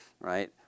right